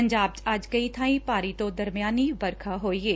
ਪੰਜਾਬ ਚ ਅੱਜ ਕਈ ਬਾਈਂ ਭਾਰੀ ਤੋਂ ਦਰਮਿਆਨੀ ਵਰਖਾ ਹੋਈ ਏ